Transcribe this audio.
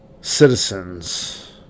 citizens